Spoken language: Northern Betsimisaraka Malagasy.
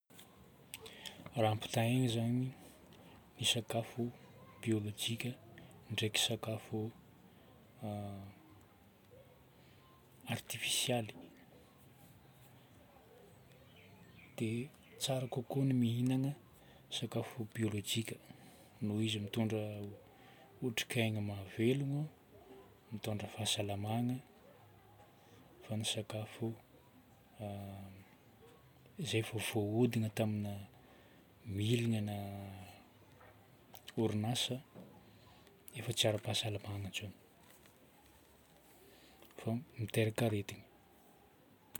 Raha ampitahaigna zagny ny sakafo biôlôjika ndraiky sakafo artifisialy dia tsara kokoa ny mihignana sakafo biôlôjika noho izy mitondra otrikaina mahavelogna, mitondra fahasalamagna. Fa ny sakafo izay efa voahodina tamina milina na orinasa efa tsy ara-pahasalamagna intsony fô miteraka aretina.